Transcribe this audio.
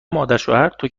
مادرشوهرتو